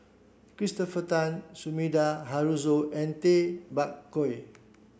Christopher Tan Sumida Haruzo and Tay Bak Koi